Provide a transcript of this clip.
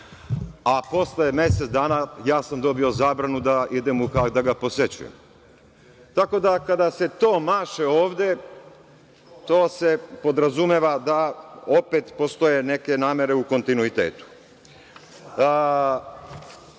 a posle mesec dana ja sam dobio zabranu da idem u Hag da ga posećujem. Kada se to maše ovde, to podrazumeva da opet postoje neke namere u kontinuitetu. Daj,